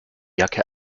jacke